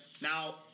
Now